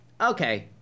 Okay